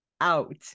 out